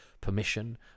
permission